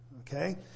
Okay